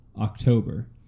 October